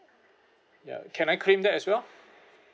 ya can I claim that as well